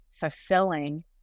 fulfilling